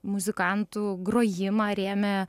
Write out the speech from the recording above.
muzikantų grojimą rėmė